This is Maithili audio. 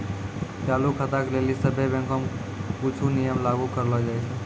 चालू खाता के लेली सभ्भे बैंको मे कुछो नियम लागू करलो जाय छै